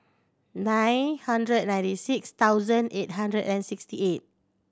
nine hundred ninety six thousand eight hundred and sixty eight